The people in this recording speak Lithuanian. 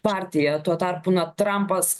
partija tuo tarpu na trampas